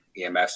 EMS